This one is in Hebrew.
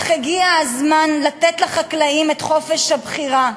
אך הגיע הזמן לתת לחקלאים את חופש הבחירה.